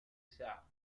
ساعة